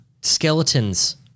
skeletons